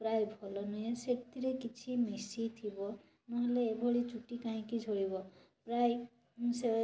ପ୍ରାୟ ଭଲ ନୁହେଁ ସେଥିରେ କିଛି ମିଶିଥିବ ନହେଲେ ଏଭଳି ଚୁଟି କାହିଁକି ଝଡ଼ିବ ପ୍ରାୟ ସେ